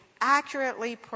accurately